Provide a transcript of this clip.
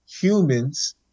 humans